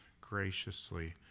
graciously